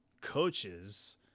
coaches